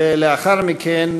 ולאחר מכן,